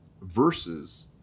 Versus